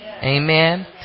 Amen